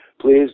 Please